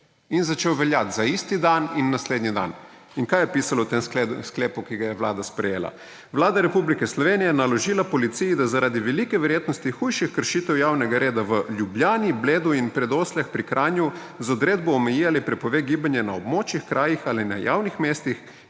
In začel veljati za isti dan in naslednji dan. In kaj je pisalo v tem sklepu, ki ga je Vlada sprejela? »Vlada Republike Slovenije je naložila policiji, da zaradi velike verjetnosti hujših kršitev javnega reda v Ljubljani, Bledu in Predosljah pri Kranju z odredbo omeji ali prepove gibanje na območjih, krajih ali na javnih mestih,